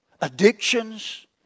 Addictions